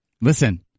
Listen